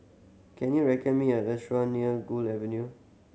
can you recommend me a restaurant near Gu Avenue